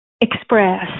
express